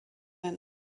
ein